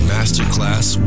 Masterclass